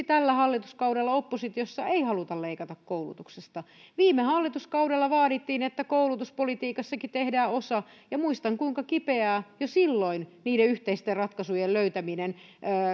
tällä hallituskaudella oppositiossa ei haluta leikata koulutuksesta viime hallituskaudella vaadittiin että koulutuspolitiikassakin tehdään osa ja muistan kuinka kipeää jo silloin niiden yhteisten ratkaisujen löytäminen